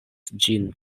ĝin